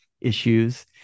issues